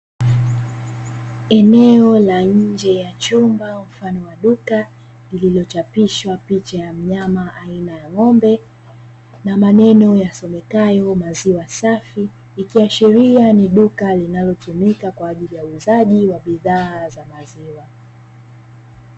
Eneo la nje ya chumba mfano wa duka lililochapishwa picha ya mnyama aina ya ng'ombe na maneno yasomekayo maziwa safi, ikiashiria ni duka linalotumika kwa ajili ya uuzaji wa bidhaa za maziwa.